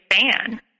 fan